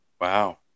Wow